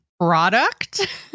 product